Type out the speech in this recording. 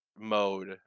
mode